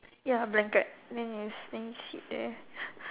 ya blanket then is then he sit there